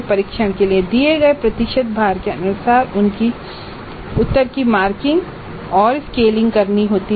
परीक्षण के लिए दिए गए प्रतिशत भार के अनुसार उत्तर की मार्किंग करनी होगी